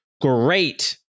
great